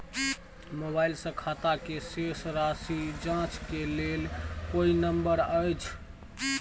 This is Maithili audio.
मोबाइल से खाता के शेस राशि जाँच के लेल कोई नंबर अएछ?